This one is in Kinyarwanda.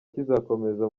kizakomeza